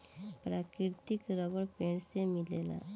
प्राकृतिक रबर पेड़ से मिलेला